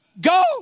Go